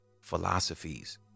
philosophies